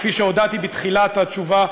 כפי שהודעתי בתחילת התשובה,